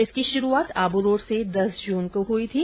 इसकी शुरूआत आबू रोड से दस जून को हई थी